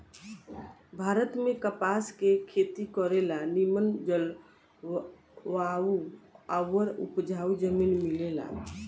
भारत में कपास के खेती करे ला निमन जलवायु आउर उपजाऊ जमीन मिलेला